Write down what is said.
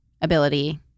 ability